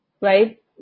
right